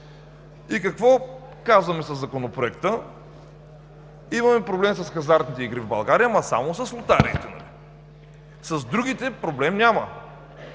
Какво казваме със Законопроекта? Имаме проблем с хазартните игри в България, но само с лотариите, с другите проблем няма.